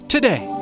Today